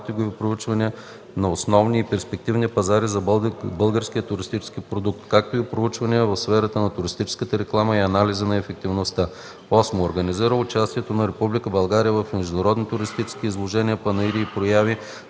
маркетингови проучвания на основни и перспективни пазари за българския туристически продукт, както и проучвания в сферата на туристическата реклама и анализи на ефективността; 8. организира участието на Република България в международни туристически изложения, панаири и прояви,